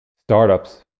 startups